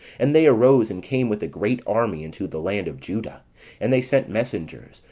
and they arose, and came with a great army into the land of juda and they sent messengers,